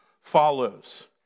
follows